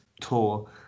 tour